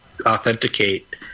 authenticate